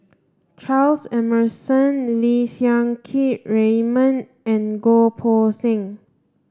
Charles Emmerson Lim Siang Keat Raymond and Goh Poh Seng